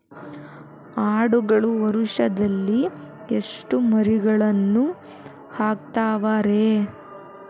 ಆಡುಗಳು ವರುಷದಲ್ಲಿ ಎಷ್ಟು ಮರಿಗಳನ್ನು ಹಾಕ್ತಾವ ರೇ?